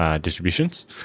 distributions